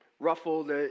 ruffled